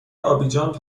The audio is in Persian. آبیجان